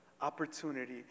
Opportunity